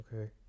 okay